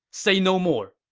say no more!